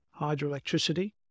hydroelectricity